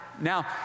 Now